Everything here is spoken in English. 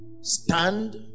Stand